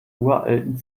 uralten